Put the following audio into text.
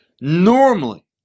Normally